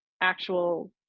actual